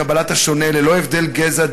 את קבלת השונה ללא הבדל גזע,